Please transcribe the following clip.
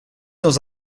dans